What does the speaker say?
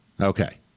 Okay